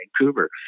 Vancouver